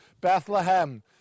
Bethlehem